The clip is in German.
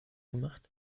gemacht